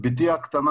בתי הקטינה,